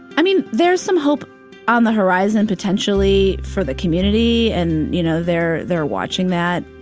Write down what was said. i mean, there's some hope on the horizon potentially for the community. and, you know, they're they're watching that.